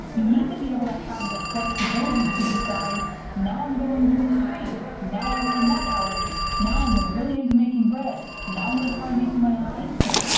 you need to be able to have the flexibility to decide now i'm going gluten free, now i have a nut allergy. now i'm ah really into making bread. now i'm going to try and making my own ice cream.